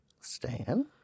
Stan